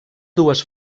dues